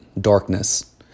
darkness